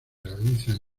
realizan